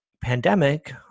pandemic